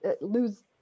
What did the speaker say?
lose